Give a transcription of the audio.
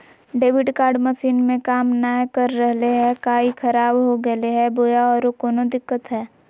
Debit card machine में काम नाय कर रहले है, का ई खराब हो गेलै है बोया औरों कोनो दिक्कत है?